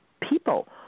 people